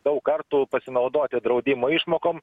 daug kartų pasinaudoti draudimo išmokom